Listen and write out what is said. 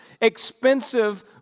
expensive